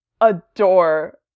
adore